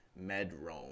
medrone